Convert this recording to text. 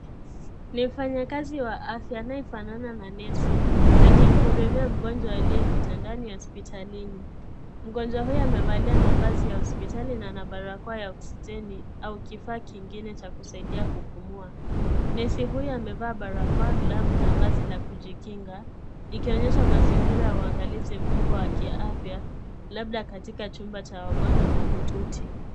Ni mfanyikazi wa afya anayefanana na nesi, akimhudumia mgonjwa aliye kitandani hospitalini. Mgonjwa huyu amevalia mavazi ya hospitali na ana barakoa ya oksijeni au kifaa kingine cha kusaidia kupumua. Nesi huyo amevaa barakoa glavu na vazi la kujikinga, likionyesha mazingira ya uangalizi mkubwa wa kiafya, labda katika chumba cha wagonjwa mahututi.